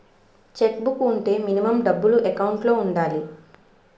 Check book వుంటే minimum డబ్బులు account లో ఉండాలి?